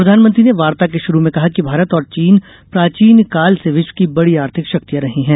प्रधानमंत्री ने वार्ता के शुरू में कहा कि भारत और चीन प्राचीनकाल से विश्व की बड़ी आर्थिक शक्तियां रही हैं